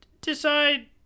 decide